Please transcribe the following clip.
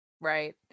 right